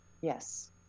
Yes